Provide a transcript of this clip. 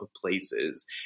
places